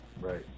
Right